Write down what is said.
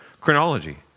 chronology